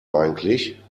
eigentlich